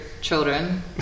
children